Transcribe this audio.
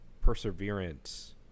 perseverance